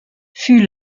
fut